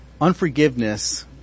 Unforgiveness